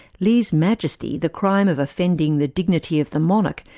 lese majeste, the the crime of offending the dignity of the monarch,